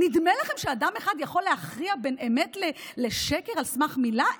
נדמה לכם שאדם אחד יכול להכריע בין אמת לשקר על סמך מילה?